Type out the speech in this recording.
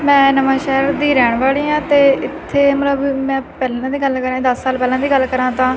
ਮੈਂ ਨਵਾਂਸ਼ਹਿਰ ਦੀ ਰਹਿਣ ਵਾਲੀ ਹਾਂ ਅਤੇ ਇੱਥੇ ਮਤਲਬ ਵੀ ਮੈਂ ਪਹਿਲਾਂ ਦੀ ਗੱਲ ਕਰਾਂ ਦਸ ਸਾਲ ਪਹਿਲਾਂ ਦੀ ਗੱਲ ਕਰਾਂ ਤਾਂ